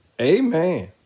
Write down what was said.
Amen